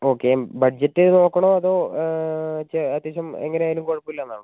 okay budget നോക്കണോ അതോ വെച്ച് അത്യാവശ്യം എങ്ങനെ ആയാലും കുഴപ്പം ഇല്ലാന്ന് ആണോ